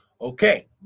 Okay